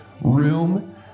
room